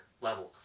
level